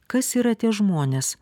kas yra tie žmonės